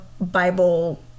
Bible